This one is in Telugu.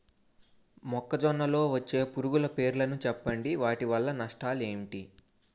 మొక్కజొన్న లో వచ్చే పురుగుల పేర్లను చెప్పండి? వాటి వల్ల నష్టాలు ఎంటి?